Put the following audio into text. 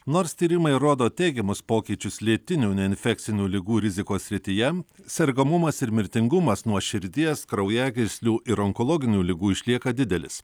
nors tyrimai rodo teigiamus pokyčius lėtinių neinfekcinių ligų rizikos srityje sergamumas ir mirtingumas nuo širdies kraujagyslių ir onkologinių ligų išlieka didelis